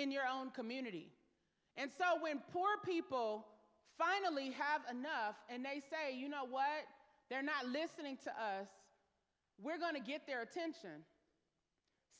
in your own community and so when poor people finally have enough and they say you know what they're not listening to us we're going to get their attention